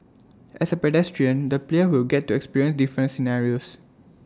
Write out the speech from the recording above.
as A pedestrian the player will get to experience different scenarios